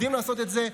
יודעות לעשות את זה.